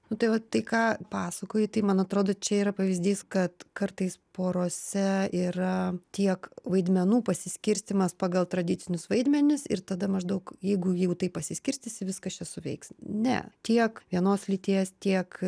nu tai va tai ką pasakojai tai man atrodo čia yra pavyzdys kad kartais porose yra tiek vaidmenų pasiskirstymas pagal tradicinius vaidmenis ir tada maždaug jeigu jeigu taip pasiskirstysi viskas čia suveiks ne tiek vienos lyties tiek